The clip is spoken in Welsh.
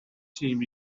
tîm